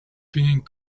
being